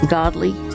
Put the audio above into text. godly